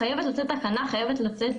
חייבת לצאת תקנה, חייב להימצא